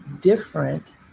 different